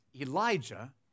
Elijah